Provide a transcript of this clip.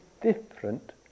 different